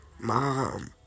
Mom